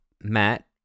Matt